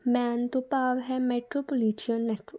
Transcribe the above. ਮੈਨ ਤੋਂ ਭਾਵ ਹੈ ਮੈਟਰੋਪਲਿਸ਼ਨ ਨੈੱਟਵਰਕ